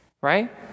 right